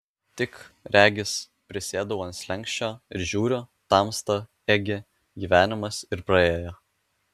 tik regis prisėdau ant slenksčio ir žiūriu tamsta ėgi gyvenimas ir praėjo